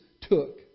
took